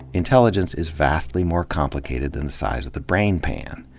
inte ah lligence is vastly more complicated than the size of the brain pan.